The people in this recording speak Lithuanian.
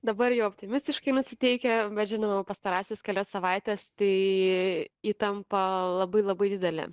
dabar jau optimistiškai nusiteikę bet žinoma pastarąsias kelias savaites tai įtampa labai labai didelė